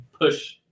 push